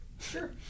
Sure